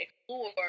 explore